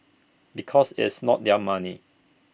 because it's not their money